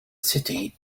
city